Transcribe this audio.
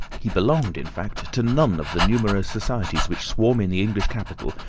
he belonged, in fact, to none of the numerous societies which swarm in the english capital,